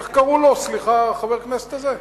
איך קראו לו, סליחה, לחבר הכנסת הזה?